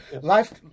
life